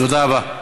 תודה רבה.